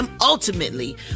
Ultimately